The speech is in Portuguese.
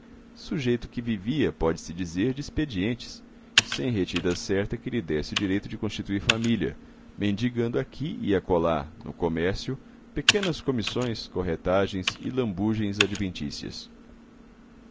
sujeito que vivia pode-se dizer de expedientes sem retida certa que lhe desse o direito de constituir família mendigando aqui e acolá no comércio pequenas comissões corretagens e lambugens adventícias